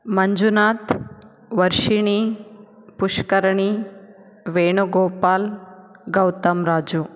Manjunath Varshini Pushkarani Venugopal Gautam Raju